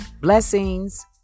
Blessings